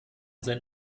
sein